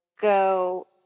go